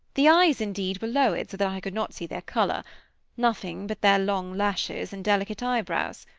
the eyes, indeed, were lowered, so that i could not see their color nothing but their long lashes and delicate eyebrows.